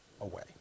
away